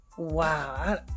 Wow